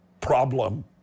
problem